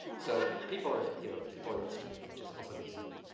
so, people are, you know, people are not stupid. which is also good to know.